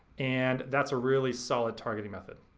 and that's a really solid targeting method.